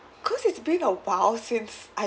because it's been a while since I